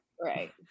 right